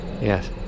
Yes